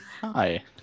Hi